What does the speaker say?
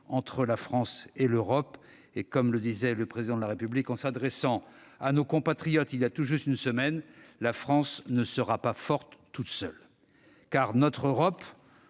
entre la France et l'Europe. Comme le disait le Président de la République, en s'adressant à nos compatriotes voilà tout juste une semaine, « la France ne sera pas forte toute seule ». Car notre Europe,